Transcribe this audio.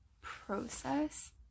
process